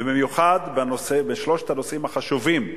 ובמיוחד בשלושת הנושאים החשובים,